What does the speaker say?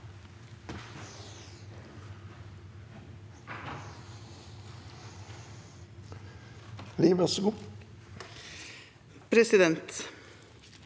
Presidenten